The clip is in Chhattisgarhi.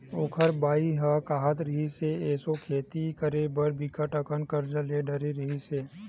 ओखर बाई ह काहत रिहिस, एसो खेती करे बर बिकट अकन करजा ले डरे रिहिस हे